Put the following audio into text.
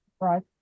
right